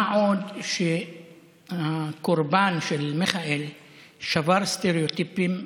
מה עוד שהקורבן של מיכאל שבר סטריאוטיפים,